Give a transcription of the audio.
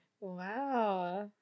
Wow